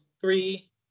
three